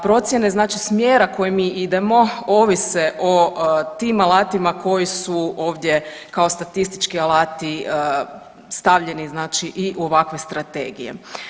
Procjene znači smjera kojim mi idemo ovise o tim alatima koji su ovdje kao statistički alati stavljeni znači i u ovakve strategije.